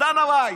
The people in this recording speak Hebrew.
דנה ויס,